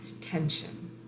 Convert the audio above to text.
tension